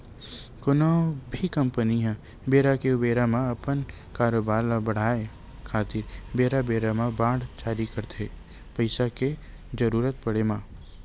कोनो भी कंपनी ह बेरा के ऊबेरा म अपन कारोबार ल बड़हाय खातिर बेरा बेरा म बांड जारी करथे पइसा के जरुरत पड़े म